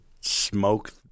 smoke